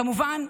כמובן,